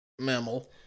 mammal